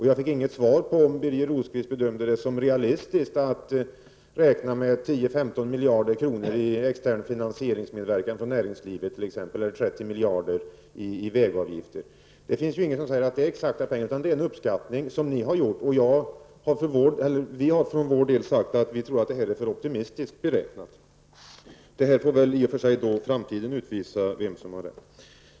Jag fick inget svar på frågan om Birger Rosqvist bedömde det som realistiskt att räkna med t.ex. 10--15 miljarder kronor i extern finansieringsmedverkan från näringslivet eller 30 miljarder i vägavgifter. Det finns ju inget som säger att detta är exakta pengar, utan det är fråga om en uppskattning som ni har gjort. Vi har för vår del sagt att vi tror att detta är för optimistiskt beräknat. Framtiden får väl utvisa vem som har rätt.